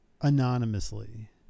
anonymously